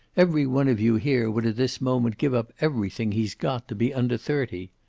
every one of you here would at this moment give up everything he's got to be under thirty.